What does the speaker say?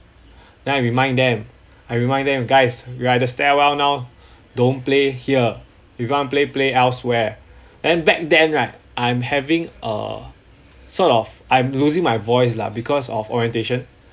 then I remind them I remind them guys we are at the stairwell now don't play here if you want to play play elsewhere then back then right I'm having a sort of I'm losing my voice lah because of orientation